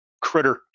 Critter